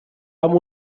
amb